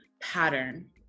pattern